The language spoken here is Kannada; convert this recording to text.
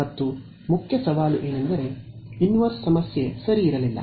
ಮತ್ತು ಮುಖ್ಯ ಸವಾಲು ಏನೆಂದರೆ ಇನ್ವರ್ಸ್ ಸಮಸ್ಯೆ ಸರಿ ಇರಲಿಲ್ಲ